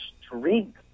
strength